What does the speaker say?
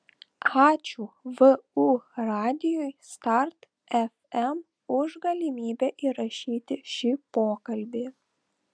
ačiū vu radijui start fm už galimybę įrašyti šį pokalbį